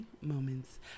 moments